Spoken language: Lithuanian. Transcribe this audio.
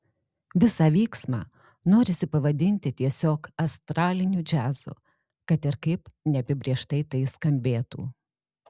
visą vyksmą norisi pavadinti tiesiog astraliniu džiazu kad ir kaip neapibrėžtai tai skambėtų